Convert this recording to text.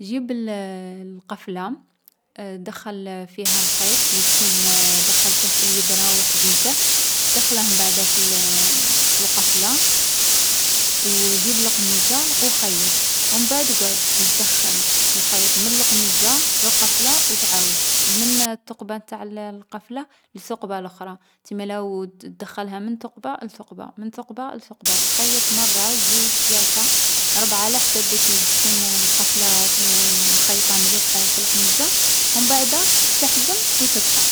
﻿جيب القفلة تدخل فيها الخيط التي تكون دخلته في البرا وحزمته، دخله مبعدا في في القفلة، و جيب القمجة و خيط. و مبعد اقعد دخل الخيط من القمجة للقفلة و تعاود، من تقبة نتع القفلة للثقبة لخرا يتسمى دخلها من ثقبة إلى ثقبة، من ثقبة إلى ثقبة. تخيط مرة زوج ثلاثة ربعة على حساب باش ي-تكون القفلة مخيطة مليح في القمجة و مبعدا تحزم و تقطع.